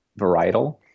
varietal